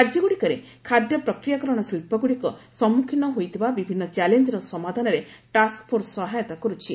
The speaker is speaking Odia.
ରାଜ୍ୟଗ୍ରଡ଼ିକରେ ଖାଦ୍ୟ ପ୍ରକ୍ରିୟାକରଣ ଶିଳ୍ପଗ୍ରଡ଼ିକ ସମ୍ମ୍ରଖୀନ ହୋଇଥିବା ବିଭିନ୍ନ ଚ୍ୟାଲେଞ୍ଜର ସମାଧାନରେ ଟାସ୍କଫୋର୍ସ ସହାୟତା କର୍ରଛି